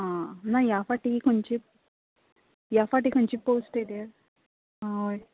आ मागीर ह्या फाटी खंयचे ह्या फाटी खंयचे पोस्ट येले आं हय